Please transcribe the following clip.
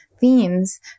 themes